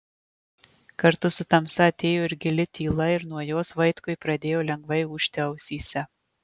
kartu su tamsa atėjo ir gili tyla ir nuo jos vaitkui pradėjo lengvai ūžti ausyse